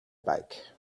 bike